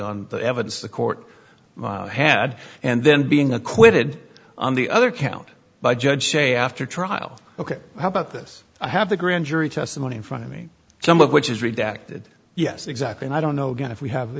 on the evidence the court had and then being acquitted on the other count by judge after trial ok how about this i have the grand jury testimony in front of me some of which is redacted yes exactly and i don't know again if we have th